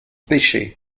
pêchaient